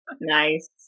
Nice